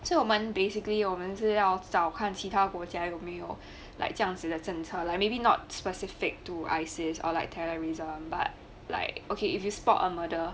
所以我们 basically 我们是要找看其他国家有没有 like 这样子的政策 like maybe not specific to ISIS or like terrorism but like okay if you spot on murder